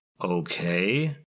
Okay